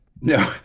No